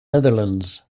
netherlands